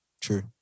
true